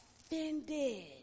offended